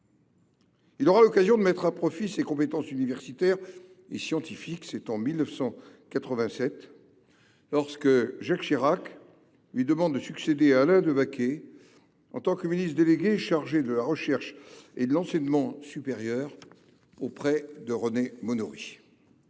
Il aura l’occasion de mettre à profit ses compétences universitaires et scientifiques en 1987 lorsque Jacques Chirac lui demande de succéder à Alain Devaquet en tant que ministre délégué, chargé de la recherche et de l’enseignement supérieur auprès de René Monory.